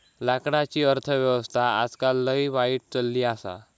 लाकडाची अर्थ व्यवस्था आजकाल लय वाईट चलली आसा